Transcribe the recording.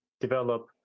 develop